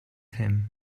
him